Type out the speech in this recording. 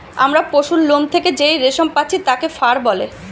আমরা পশুর লোম থেকে যেই রেশম পাচ্ছি তাকে ফার বলে